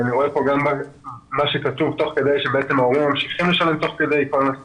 אני רואה שכתוב שבעצם ההורים ממשיכים לשלם תוך כדי.